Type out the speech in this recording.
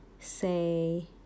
Say